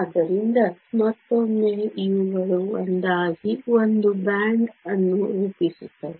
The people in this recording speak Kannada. ಆದ್ದರಿಂದ ಮತ್ತೊಮ್ಮೆ ಇವುಗಳು ಒಂದಾಗಿ ಒಂದು ಬ್ಯಾಂಡ್ ಅನ್ನು ರೂಪಿಸುತ್ತವೆ